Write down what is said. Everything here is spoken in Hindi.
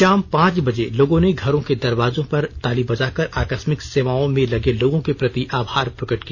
शाम पांच बजे लोगों ने घरों के दरवाजों पर ताली बजाकर आकस्मिक सेवाओं में लगे लोगों के प्रति आभार प्रकट किया